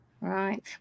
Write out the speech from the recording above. Right